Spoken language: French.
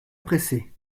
presser